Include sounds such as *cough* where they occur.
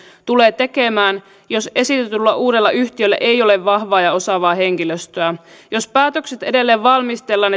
tulee tekemään jos esitetyllä uudella yhtiöllä ei ole vahvaa ja osaavaa henkilöstöä jos päätökset edelleen valmistellaan *unintelligible*